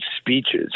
speeches